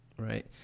Right